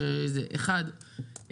אחד,